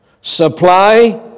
supply